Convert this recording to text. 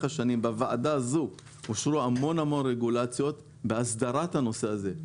השנים בוועדה הזאת אושרו המון רגולציות בהסדרת הנושא הזה.